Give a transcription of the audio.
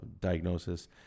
diagnosis